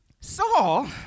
Saul